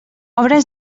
obres